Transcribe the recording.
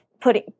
putting